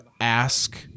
ask